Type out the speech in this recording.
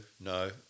no